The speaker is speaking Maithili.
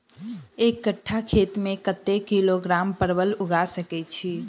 एक कट्ठा खेत मे कत्ते किलोग्राम परवल उगा सकय की??